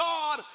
God